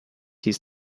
his